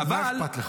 מה אכפת לך?